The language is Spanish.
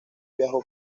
viajó